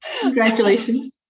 congratulations